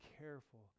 careful